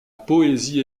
poésie